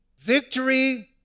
Victory